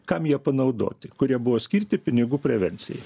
kam jie panaudoti kurie buvo skirti pinigų prevencijai